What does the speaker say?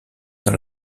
dans